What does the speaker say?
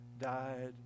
died